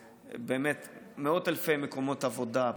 מאות אלפי מקומות עבודה,